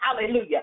hallelujah